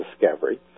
discovery